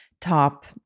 top